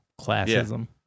classism